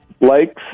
lakes